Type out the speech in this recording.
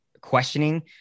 questioning